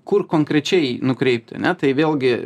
kur konkrečiai nukreipti ane tai vėlgi